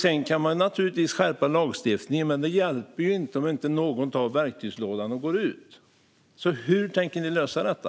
Man kan naturligtvis skärpa lagstiftningen, men det hjälper inte om någon inte tar verktygslådan och går ut. Hur tänker ni alltså lösa detta?